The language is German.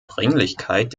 dringlichkeit